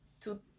two